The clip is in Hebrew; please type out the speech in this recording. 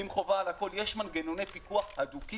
יש מנגנוני פיקוח הדוקים.